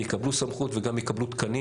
יקבלו סמכות וגם יקבלו תקנים.